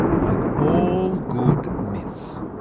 like all good myths,